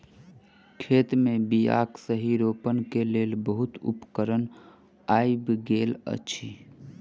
खेत मे बीयाक सही रोपण के लेल बहुत उपकरण आइब गेल अछि